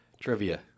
Trivia